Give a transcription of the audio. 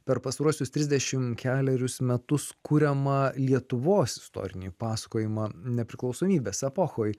per pastaruosius trisdešim kelerius metus kuriamą lietuvos istorinį pasakojimą nepriklausomybės epochoj